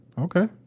Okay